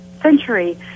century